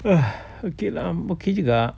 okay lah okay juga